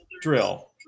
drill